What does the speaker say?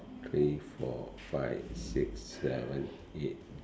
three four five six seven eight